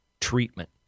treatment